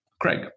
Craig